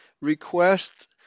request